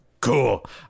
Cool